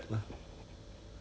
err